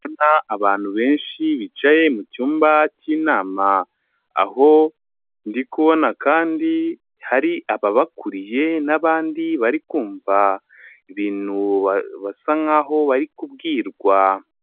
Ndabona abantu benshi bicaye mu cyumba cy'inama, aho ndikubona kandi hari ababakuriye n'abandi bari kumva ibintu basa nk'aho bari kubwirwa.